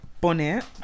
bonnet